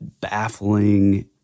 baffling